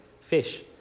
fish